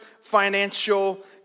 financial